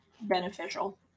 beneficial